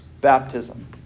baptism